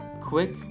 quick